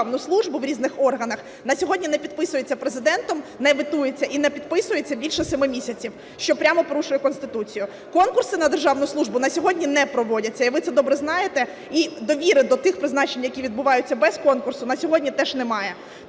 державну службу в різних органах, на сьогодні не підписується Президентом, не ветується і не підписується більше 7 місяців, що прямо порушує Конституцію. Конкурси на державну службу на сьогодні не проводяться і ви це добре знаєте. І довіри до тих призначень, які відбуваються без конкурсу, на сьогодні теж немає.